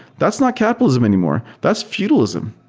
that's not capitalism anymore. that's feudalism.